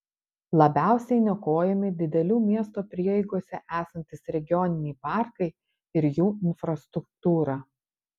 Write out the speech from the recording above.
labiausiai niokojami didelių miesto prieigose esantys regioniniai parkai ir jų infrastruktūra